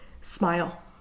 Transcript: smile